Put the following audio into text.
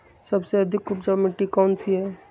सबसे अधिक उपजाऊ मिट्टी कौन सी हैं?